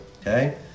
Okay